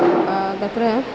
तत्र